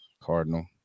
Cardinal